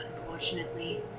Unfortunately